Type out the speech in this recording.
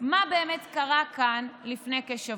מה באמת קרה כאן לפני כשבוע.